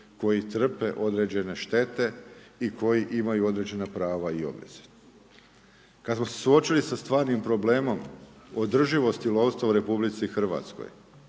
koji trpe određene štete i koji imaju određena prava i obveze. Kad smo se suočili sa stvarnim problemom o održivosti lovsta u Republici Hrvatskoj,